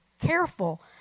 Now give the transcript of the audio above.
careful